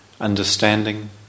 Understanding